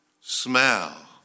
smell